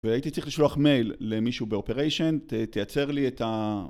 והייתי צריך לשלוח מייל למישהו באופריישן, תייצר לי את ה...